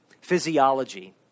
physiology